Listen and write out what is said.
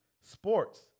sports